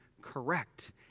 correct